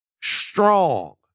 strong